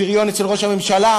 פריון אצל ראש הממשלה,